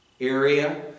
area